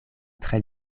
tre